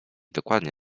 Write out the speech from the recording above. dokładnie